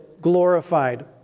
glorified